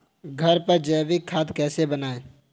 घर पर जैविक खाद कैसे बनाएँ?